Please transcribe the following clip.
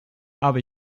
aber